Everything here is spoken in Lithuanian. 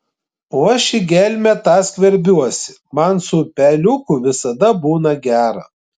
o aš į gelmę tą skverbiuosi man su upeliuku visada būna gera